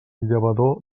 llavador